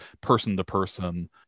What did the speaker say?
person-to-person